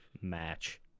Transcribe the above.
match